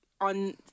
On